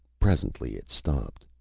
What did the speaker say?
presently it stopped.